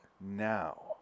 now